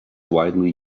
widely